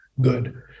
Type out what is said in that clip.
good